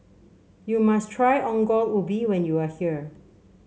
you must try Ongol Ubi when you are here